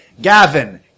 Gavin